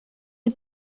you